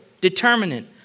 determinant